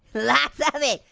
lots of it.